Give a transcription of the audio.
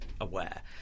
aware